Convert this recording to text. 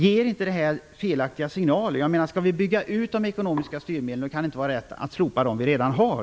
Ger inte detta felaktiga signaler? Skall vi bygga ut de ekonomiska styrmedlen, kan det inte vara riktigt att slopa dem som vi redan har.